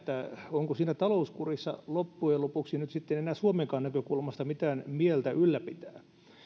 onko sitä talouskuria loppujen lopuksi nyt sitten enää suomenkaan näkökulmasta mitään mieltä ylläpitää